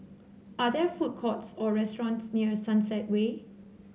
are there food courts or restaurants near Sunset Way